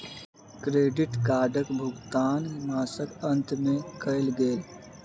credit कार्डक भुगतान मासक अंत में कयल गेल